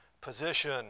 position